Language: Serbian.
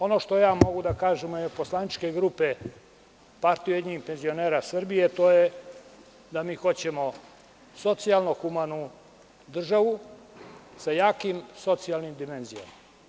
Ono što ja mogu da kažem u ime moje poslaničke grupe Partije ujedinjenih penzionera Srbije, to je da mi hoćemo socijalno-humanu državu sa jakim socijalnim dimenzijama.